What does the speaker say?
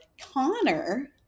Connor